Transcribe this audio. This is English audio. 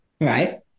right